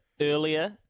earlier